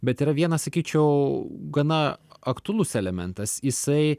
bet yra vienas sakyčiau gana aktualus elementas jisai